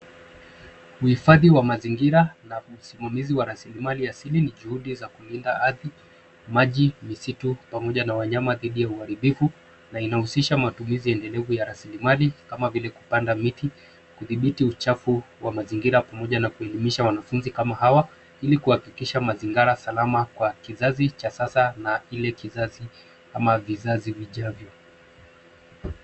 Uhifadhi wa mazingira na usimamizi wa rasilimali ya asili ni juhudi za kulinda ardhi, maji ,misitu pamoja na wanyama dhidi ya uharibifu na inahusisha matumizi endelevu ya rasilimali kama vile kupanda miti, kudhibiti uchafu wa mazingira pamoja na kuelimisha wanafunzi kama hawa ili kuhakikisha mazingara salama kwa kizazi cha sasa na ile kizazi ama vizazi vijavyo.